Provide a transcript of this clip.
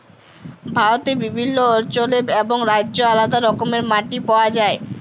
ভারতে বিভিল্ল্য অল্চলে এবং রাজ্যে আলেদা রকমের মাটি পাউয়া যায়